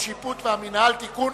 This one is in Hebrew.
השיפוט והמינהל) (תיקון)